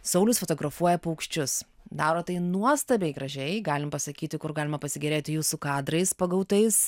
saulius fotografuoja paukščius daro tai nuostabiai gražiai galim pasakyti kur galima pasigėrėti jūsų kadrais pagautais